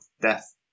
Death